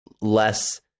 less